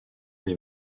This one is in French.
des